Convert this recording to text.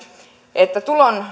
että